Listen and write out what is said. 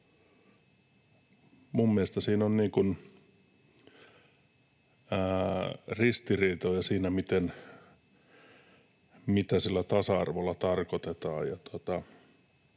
Mielestäni siinä on ristiriitoja, mitä sillä tasa-arvolla tarkoitetaan,